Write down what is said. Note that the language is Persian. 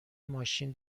ماشین